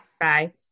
Bye